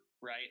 right